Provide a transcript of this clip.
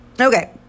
Okay